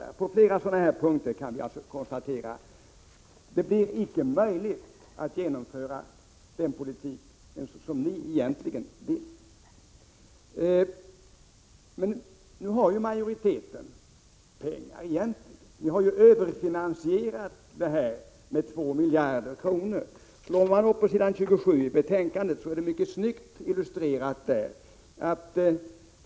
Jag kan på flera liknande punkter konstatera att det icke blir möjligt att genomföra den politik som ni egentligen vill. Majoriteten har ju pengar. Ni har överfinansierat de ekonomiska ramarna med 2 miljarder kronor. Slår man upp s. 27 i betänkandet finner man det mycket snyggt illustrerat där.